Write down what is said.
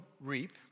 reap